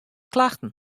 klachten